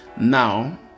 Now